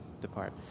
depart